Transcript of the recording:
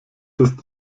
ist